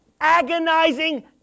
agonizing